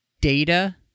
Data